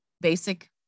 basic